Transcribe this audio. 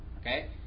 okay